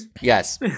Yes